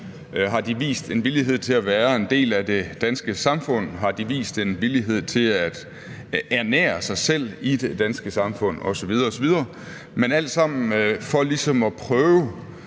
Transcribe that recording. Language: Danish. har de vist en villighed til at være en del af det danske samfund, har de vist en villighed til at ernære sig selv i det danske samfund osv. osv.? Men det er alt sammen for ligesom at prøve